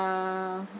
uh